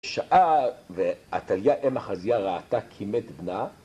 שעה ואת עליה אם החזייה רעתה כי מת בנה